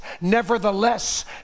Nevertheless